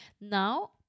Now